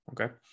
okay